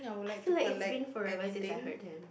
I feel like it's been forever since I heard them